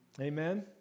Amen